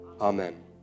Amen